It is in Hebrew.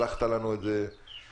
שלחת לנו את זה קודם.